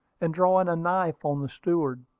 and drawing a knife on the steward.